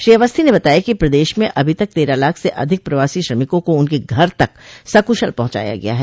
श्री अवस्थी ने बताया कि प्रदेश में अभी तक तेरह लाख से अधिक प्रवासी श्रमिकों को उनके घर तक सकुशल पहुंचाया गया है